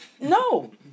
No